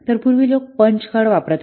तर पूर्वी लोक पंच कार्ड वापरत होते